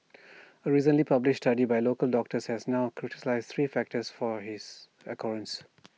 A recently published study by local doctors has now crystallised three factors for his occurrence